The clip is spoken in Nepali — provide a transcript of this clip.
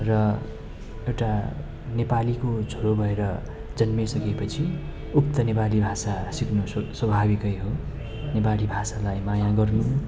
र एउटा नेपालीको छोरो भएर जन्मिसकेपछि उक्त नेपाली भाषा सिक्नु स्व स्वाभाविकै हो नेपाली भाषालाई माया गर्नु